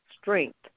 strength